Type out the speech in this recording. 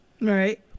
Right